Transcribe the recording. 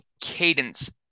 cadence